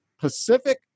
Pacific